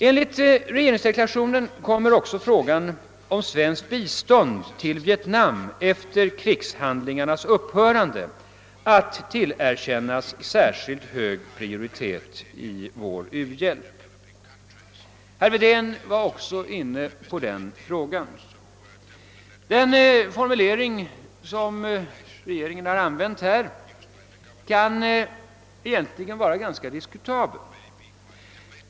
Enligt regeringsdeklarationen kommer frågan om svenskt bistånd till Vietnam efter krigshandlingarnas upphörande att tillerkännas särskilt hög prioritet i vår u-hjälp. Herr Wedén berörde också denna fråga. Detta förefaller mig diskutabelt.